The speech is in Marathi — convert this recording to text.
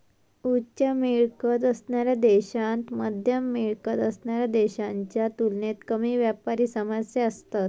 उच्च मिळकत असणाऱ्या देशांत मध्यम मिळकत असणाऱ्या देशांच्या तुलनेत कमी व्यापारी समस्या असतत